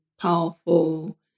powerful